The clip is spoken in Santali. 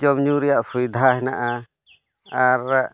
ᱡᱚᱢᱼᱧᱩ ᱨᱮᱭᱟᱜ ᱥᱩᱵᱤᱫᱷᱟ ᱦᱮᱱᱟᱜᱼᱟ ᱟᱨ